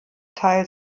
teil